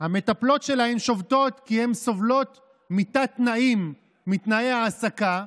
והמטפלות שלהם שובתות כי הן סובלות מתת-תנאים בתנאי ההעסקה,